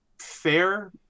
fair